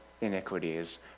iniquities